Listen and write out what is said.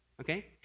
okay